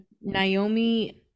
Naomi